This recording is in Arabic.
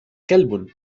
كلب